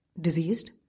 diseased